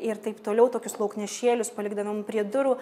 ir taip toliau tokius lauknešėlius palikdavom prie durų